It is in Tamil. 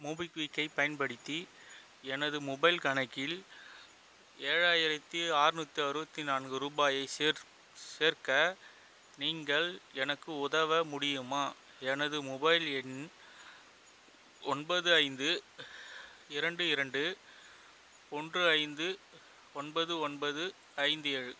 மோபிக்விக்கைப் பயன்படுத்தி எனது மொபைல் கணக்கில் ஏழாயிரத்தி ஆற்நூற்று அறுபத்தி நான்கு ரூபாயை சேர் சேர்க்க நீங்கள் எனக்கு உதவ முடியுமா எனது மொபைல் எண் ஒன்பது ஐந்து இரண்டு இரண்டு ஒன்று ஐந்து ஒன்பது ஒன்பது ஐந்து ஏழு